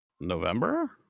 November